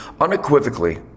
unequivocally